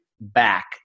back